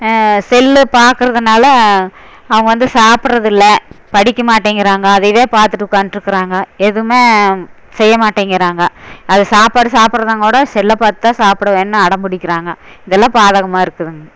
cell பாக்கிறதுனால அவங்க வந்து சாப்பிட்றதில்ல படிக்க மாட்டேங்கிறாங்க அதையவே பார்த்துட்டு உட்காந்துட்ருக்குறாங்க எதுவுமே செய்ய மாட்டேங்கிறாங்க அது சாப்பாடு சாப்பிட்றதுனா கூட செல்லை பார்த்து தான் சாப்பிடுவேன்னு அடம் பிடிக்கிறாங்க இதெல்லாம் பாதகமாக இருக்குதுங்க